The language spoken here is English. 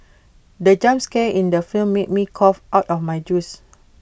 the jump scare in the film made me cough out my juice